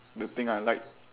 the thing I like